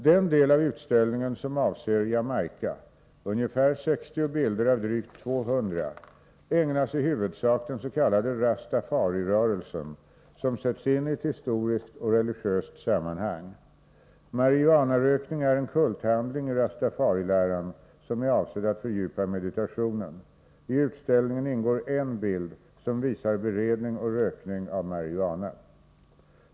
Den del av utställningen som avser Jamaica — ungefär 60 bilder av drygt 200— ägnas i huvudsak den s.k. rastafarirörelsen, som sätts in i ett historiskt och religiöst sammanhang. Marijuanarökning är en kulthandling i rastafariläran som är avsedd att fördjupa meditationen. I utställningen ingår en bild som visar beredning och rökning av marijuana.